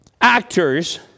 actors